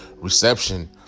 reception